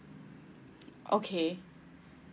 okay